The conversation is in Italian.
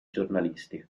giornalisti